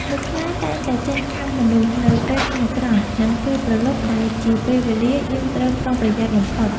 មូសខ្លាតែងតែចេញខាំមនុស្សនៅពេលថ្ងៃត្រង់ និងពេលព្រលប់ដែលជាពេលវេលាយើងត្រូវប្រុងប្រយ័ត្នបំផុត។